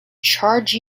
charge